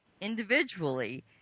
individually